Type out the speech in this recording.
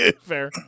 Fair